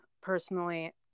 personally